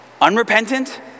unrepentant